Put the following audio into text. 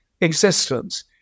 existence